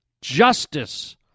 Justice